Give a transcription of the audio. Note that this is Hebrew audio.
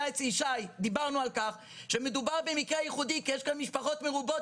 מדובר במקרה ייחודי של משפחות מרובות